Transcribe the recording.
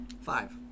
Five